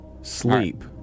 Sleep